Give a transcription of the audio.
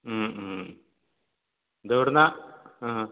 ഇതെവിടുന്നാ ആ